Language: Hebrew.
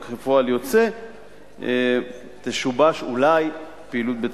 וכפועל יוצא תשובש אולי פעילות בית-הספר,